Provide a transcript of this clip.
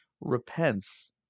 repents